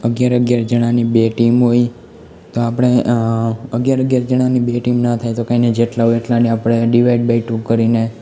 અગિયાર અગિયાર જાણાની બે ટીમ હોય તો આપણે અગિયાર અગિયાર જાણાની બે ટીમના થાય તો કંઈ નહીં જેટલા હોય એટલાને આપણે ડીવાઈડ બાય ટુ કરીને